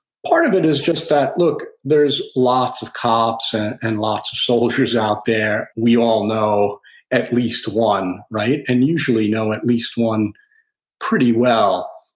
part of it is just that, look, there's lots of cops and and lots of soldiers out there. we all know at least one, and usually know at least one pretty well.